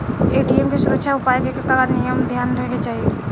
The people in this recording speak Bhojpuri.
ए.टी.एम के सुरक्षा उपाय के का का नियम ध्यान में रखे के चाहीं?